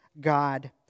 God